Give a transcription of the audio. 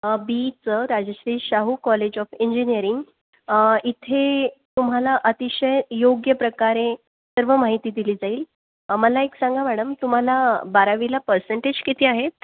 बी ईचं Rajshri Shahu college of engineering इथे तुम्हाला अतिशय योग्य प्रकारे सर्व माहिती दिली जाईल मला एक सांगा मॅडम तुम्हाला बारावीला पर्सेंटेज किती आहेत